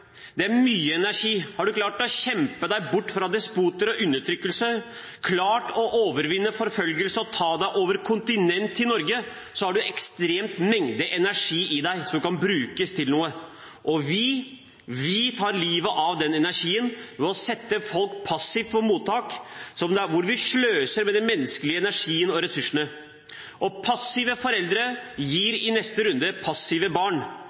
Det er mye energi. Har man klart å kjempe seg bort fra despoter og undertrykkelse, klart å overvinne forfølgelse og ta seg over kontinent til Norge, har man en ekstrem mengde energi i seg, som kan brukes til noe. Og vi, vi tar livet av den energien ved å sette folk passivt på mottak, hvor vi sløser med den menneskelige energien og ressursene. Passive foreldre gir i neste runde passive barn,